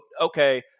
okay